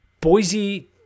Boise